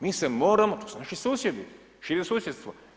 Mi se moramo, to su naši susjedi, šire susjedstvo.